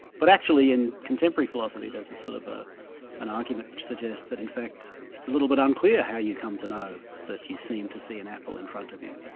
but actually in contemporary philosophy there's a sort of ah an argument which suggests that in fact it's a little bit unclear how you come to know that you seem to see an apple in front of you.